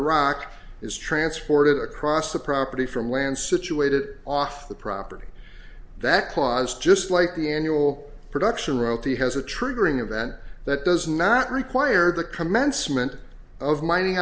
rock is transported across the property from land situated off the property that clause just like the annual production royalty has a triggering event that does not require the commencement of mining